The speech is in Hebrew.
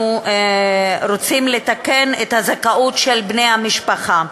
אנחנו רוצים לתקן את הזכאות של בני המשפחה.